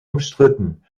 umstritten